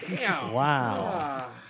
Wow